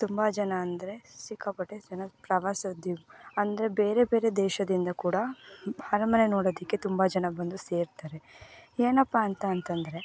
ತುಂಬ ಜನ ಅಂದರೆ ಸಿಕ್ಕಾಪಟ್ಟೆ ಜನ ಪ್ರವಾಸೋದ್ಯಮ ಅಂದರೆ ಬೇರೆ ಬೇರೆ ದೇಶದಿಂದ ಕೂಡ ಅರಮನೆ ನೋಡೊದಕ್ಕೆ ತುಂಬ ಜನ ಬಂದು ಸೇರ್ತಾರೆ ಏನಪ್ಪಾ ಅಂತ ಅಂತಂದರೆ